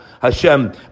Hashem